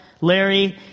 Larry